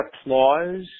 applause